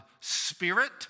Spirit